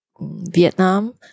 Vietnam